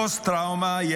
פוסט-טראומה.